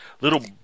little